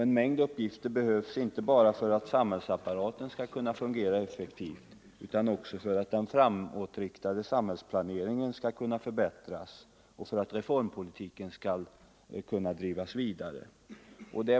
En mängd uppgifter behövs, inte bara för att samhällsapparaten skall kunna fungera effektivt utan också för att den framåtriktade samhällsplaneringen skall kunna förbättras och för att reformpolitiken skall kunna drivas vidare.